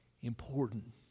important